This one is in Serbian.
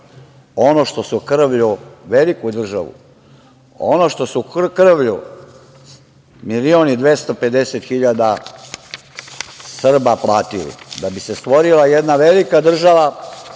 ono što su krvlju, veliku državu, ono što su krvlju 1.250.000 Srba platili da bi se stvorila jedna velika država